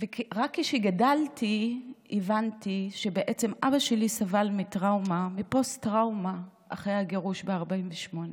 רק כשגדלתי הבנתי שבעצם אבא שלי סבל מפוסט-טראומה אחרי הגירוש ב-48'.